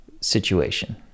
situation